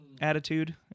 attitude